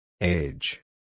Age